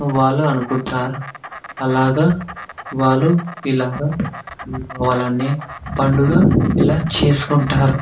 వాళ్ళు అనుకుంటారు అలాగ వాళ్ళు ఇలాగ దీపావళి అనే పండుగ ఇలా చేసుకుంటారు